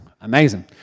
Amazing